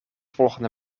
volgende